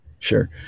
Sure